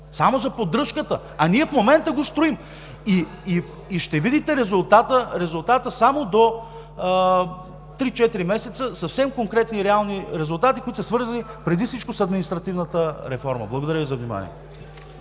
Само за поддръжката! А ние в момента го строим. Ще видите резултата само до 3-4 месеца – съвсем конкретни и реални резултати, които са свързани преди всичко с административната реформа. Благодаря Ви за вниманието.